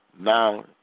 now